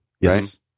Yes